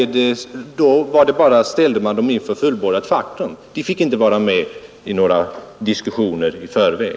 Då ställde man dem inför fullbordat faktum; de fick inte vara med i några diskussioner i förväg.